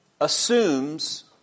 assumes